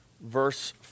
verse